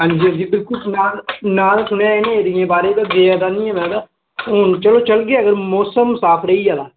हांजी हांजी बिल्कुल जनाब जनाब कुदै इ'नें एरियें बारे च गेदा निं ऐ में बा हून चल चलगे अगर मौसम साफ रेहिया तां